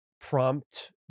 prompt